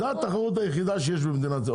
זו התחרות היחידה שיש במדינת ישראל,